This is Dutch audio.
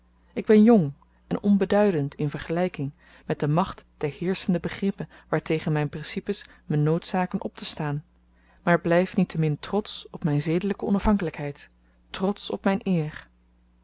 ik ben jong en onbeduidend in vergelijking met de macht der heerschende begrippen waartegen myn principes me noodzaken optestaan maar blijf niettemin trotsch op myn zedelyke onafhankelykheid trotsch op myn eer